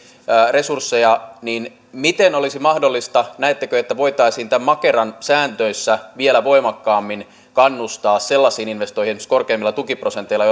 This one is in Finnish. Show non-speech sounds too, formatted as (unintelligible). resursseja niin miten olisi mahdollista näettekö että voitaisiin tämän makeran säännöissä vielä voimakkaammin kannustaa sellaisiin investointeihin esimerkiksi korkeammilla tukiprosenteilla (unintelligible)